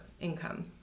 income